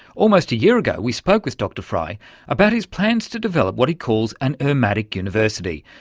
almost a year ago we spoke with dr fry about his plans to develop what he calls an urmadic university,